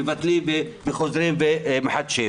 מבטלים וחוזרים ומחדשים.